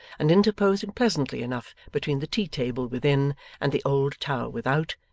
and interposing pleasantly enough between the tea table within and the old tower without,